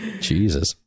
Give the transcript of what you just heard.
Jesus